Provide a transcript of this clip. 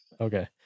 Okay